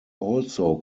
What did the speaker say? also